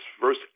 verse